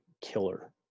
killer